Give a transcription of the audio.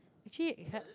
actually it have